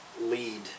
lead